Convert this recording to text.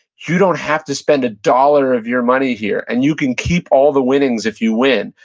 you don't have to spend a dollar of your money here, and you can keep all the winnings if you win,